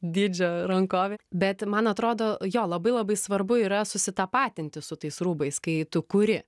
dydžio rankovė bet man atrodo jo labai labai svarbu yra susitapatinti su tais rūbais kai tu kuri